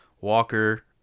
walker